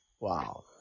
wow